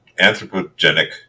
anthropogenic